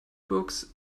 books